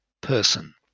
person